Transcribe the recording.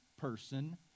person